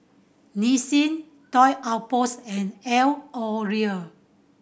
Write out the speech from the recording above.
Nissin Toy Outpost and L'Oreal